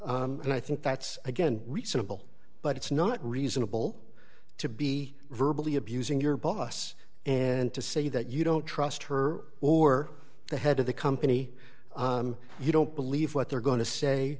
and i think that's again recent bill but it's not reasonable to be verbal be abusing your boss and to say that you don't trust her or the head of the company you don't believe what they're going to say